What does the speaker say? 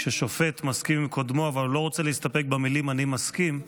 כששופט מסכים עם קודמו אבל לא רוצה להסתפק במילים "אני מסכים",